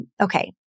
okay